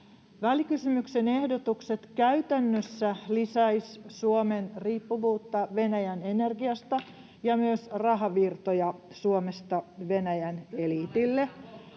Välikysymyksen ehdotukset käytännössä lisäisivät Suomen riippuvuutta Venäjän energiasta ja myös rahavirtoja Suomesta Venäjän eliitille.